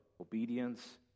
obedience